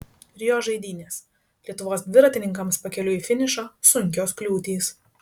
rio žaidynės lietuvos dviratininkams pakeliui į finišą sunkios kliūtys